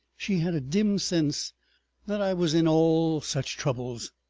she had a dim sense that i was in all such troubles.